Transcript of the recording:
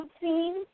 scene